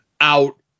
out